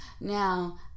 Now